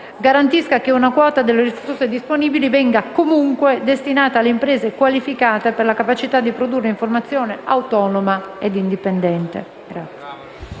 garantisca che una quota delle risorse disponibili venga comunque destinata alle imprese qualificate per la capacità di produrre informazione autonoma e indipendente.